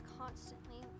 constantly